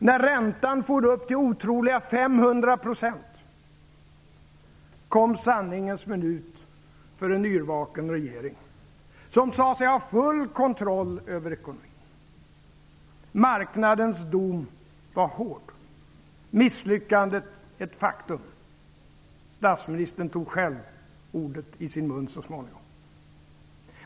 När räntan for upp till otroliga 500 %, kom sanningens minut för en yrvaken regering, som sade sig ha full kontroll över ekonomin. Marknadens dom var hård. Misslyckandet var ett faktum. Statsministern tog själv ordet i sin mun så småningom.